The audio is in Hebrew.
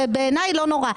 זה בעיניי לא נורא.